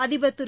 அதிபர் திரு